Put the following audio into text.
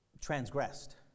transgressed